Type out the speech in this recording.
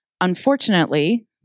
unfortunately